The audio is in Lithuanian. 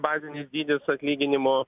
bazinis dydis atlyginimo